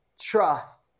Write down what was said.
trust